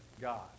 God